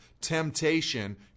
Temptation